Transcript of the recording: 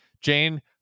Jane